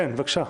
כן, בבקשה.